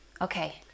okay